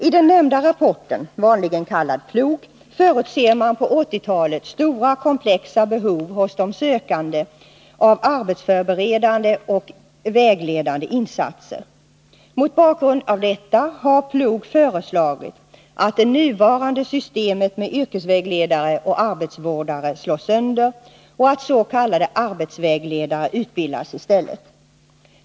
I den nämnda rapporten, vanligen kallad PLOG, förutser man på 1980-talet stora komplexa behov hos de sökande av arbetsförberedande och vägledande insatser. Mot bakgrund av detta har PLOG föreslagit att det nuvarande systemet med yrkesvägledare och arbetsvårdare slås sönder och att s.k. arbetsvägledare utbildas i stället.